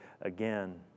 again